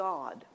God